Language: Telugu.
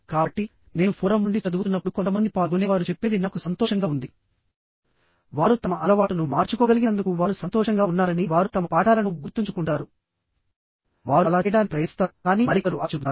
కాబట్టి నేను ఫోరమ్ నుండి చదువుతున్నప్పుడు కొంతమంది పాల్గొనేవారు చెప్పేది నాకు సంతోషంగా ఉంది వారు తమ అలవాటును మార్చుకోగలిగినందుకు వారు సంతోషంగా ఉన్నారని వారు తమ పాఠాలను గుర్తుంచుకుంటారు వారు అలా చేయడానికి ప్రయత్నిస్తారు కానీ మరికొందరు అలా చెబుతున్నారు